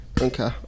Okay